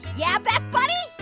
yeah, best buddy?